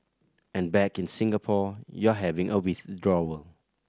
and back in Singapore you're having a withdrawal